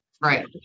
Right